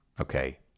okay